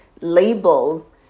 labels